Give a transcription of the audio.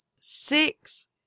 six